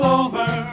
over